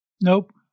Nope